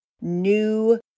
new